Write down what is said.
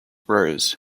rose